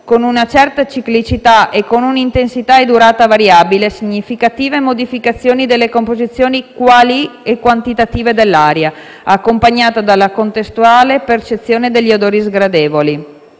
con una certa ciclicità, intensità e durata variabile significative modificazioni delle composizioni qualitative e quantitative dell'area, accompagnate dalla contestuale percezione degli odori sgradevoli.